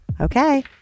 Okay